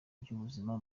by’ubuzima